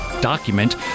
document